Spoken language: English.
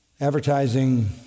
advertising